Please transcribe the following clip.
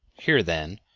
here, then,